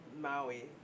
Maui